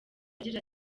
agira